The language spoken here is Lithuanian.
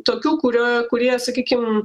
tokių kurio kurie sakykim